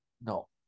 No